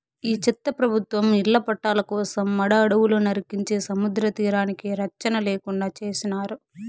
ఈ చెత్త ప్రభుత్వం ఇళ్ల పట్టాల కోసం మడ అడవులు నరికించే సముద్రతీరానికి రచ్చన లేకుండా చేసినారు